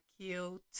cute